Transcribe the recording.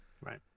Right